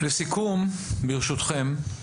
לסיכום, ברשותכם.